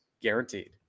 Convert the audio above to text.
guaranteed